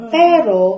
pero